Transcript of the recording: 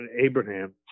abraham